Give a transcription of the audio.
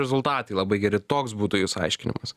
rezultatai labai geri toks būtų jūsų aiškinimas